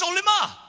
Solima